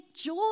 joy